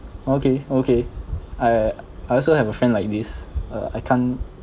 okay okay I I also have a friend like this uh I can't